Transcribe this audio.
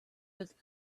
with